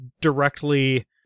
directly